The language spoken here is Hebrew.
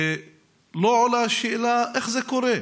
ולא עולה השאלה: איך זה קורה?